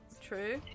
True